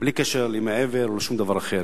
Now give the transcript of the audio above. בלי קשר לימי האבל או שום דבר אחר.